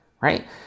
right